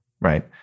right